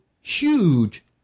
huge